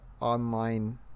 online